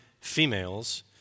females